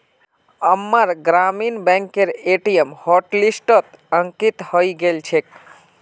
अम्मार ग्रामीण बैंकेर ए.टी.एम हॉटलिस्टत अंकित हइ गेल छेक